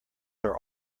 are